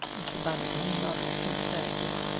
mr. bundercombe nodded sympathetically.